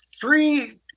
three